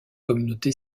communauté